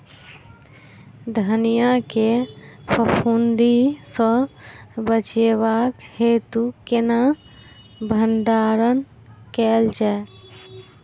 धनिया केँ फफूंदी सऽ बचेबाक हेतु केना भण्डारण कैल जाए?